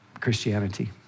Christianity